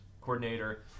coordinator